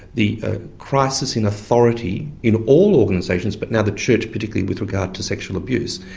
the ah crisis in authority in all organisations but now the church particularly with regard to sexual abuse,